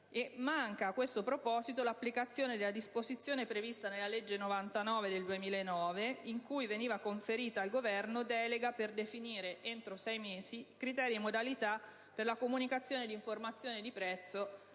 manca, a questo proposito, l'applicazione della disposizione prevista nella legge n. 99 del 2009, in cui veniva conferita al Governo una delega per definire entro sei mesi criteri e modalità per la comunicazione di informazione di prezzo